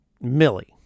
Millie